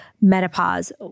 menopause